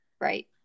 Right